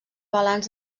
balanç